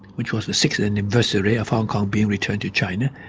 which was the sixth anniversary of hong kong being returned to china,